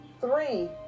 three